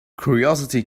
curiosity